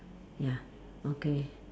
ya okay